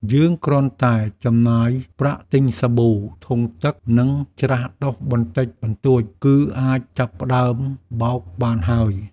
យើងគ្រាន់តែចំណាយប្រាក់ទិញសាប៊ូ ធុងទឹក និងច្រាសដុសបន្តិចបន្តួច គឺអាចចាប់ផ្តើមបោកបានហើយ។